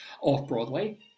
off-Broadway